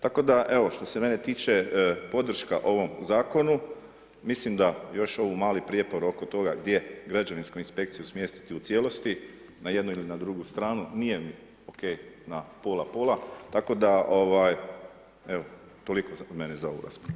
Tako da, evo što se mene tiče podrška ovom zakon, mislim da još ovaj mali prijepor oko toga gdje građevinsku inspekciju smjestiti u cijelosti na jednu ili drugu stranu, nije mi ok na pola, pola, tako da toliko od mene za ovu raspravu.